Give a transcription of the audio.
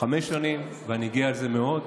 חמש שנים, ואני גאה על זה מאוד,